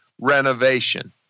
renovation